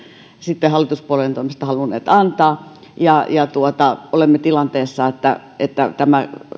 sitten hallituspuolueiden toimesta halunneet antaa ja olemme tilanteessa että että